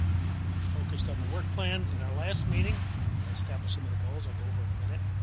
we we focused on the work plan, and our last meeting and establish some of the goals, like, over in a minute.